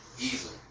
Easily